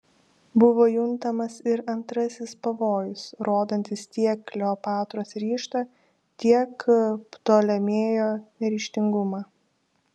buvo juntamas ir antrasis pavojus rodantis tiek kleopatros ryžtą tiek ptolemėjo neryžtingumą